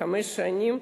לחמש שנים,